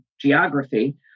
geography